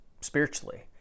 spiritually